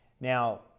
Now